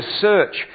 search